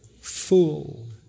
fool